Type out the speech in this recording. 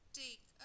take